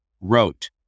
wrote